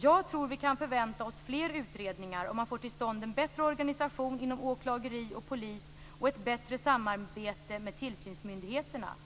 Jag tror att vi kan förvänta oss fler utredningar om man får till stånd en bättre organisation inom åklageri och polis och ett bättre samarbete med tillsynsmyndigheterna.